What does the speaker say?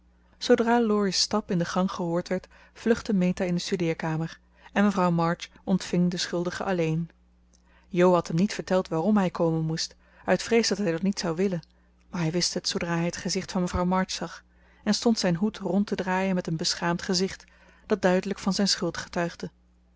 zoodra laurie's stap in de gang gehoord werd vluchtte meta in de studeerkamer en mevrouw march ontving den schuldige alleen jo had hem niet verteld waarom hij komen moest uit vrees dat hij dan niet zou willen maar hij wist het zoodra hij het gezicht van mevrouw march zag en stond zijn hoed rond te draaien met een beschaamd gezicht dat duidelijk van zijn schuld getuigde